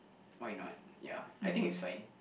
why not ya I think it's fine